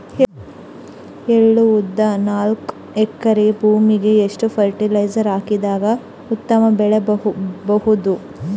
ಎಳ್ಳು, ಉದ್ದ ನಾಲ್ಕಎಕರೆ ಭೂಮಿಗ ಎಷ್ಟ ಫರಟಿಲೈಜರ ಹಾಕಿದರ ಉತ್ತಮ ಬೆಳಿ ಬಹುದು?